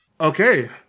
Okay